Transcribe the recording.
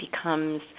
becomes